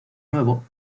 nuevo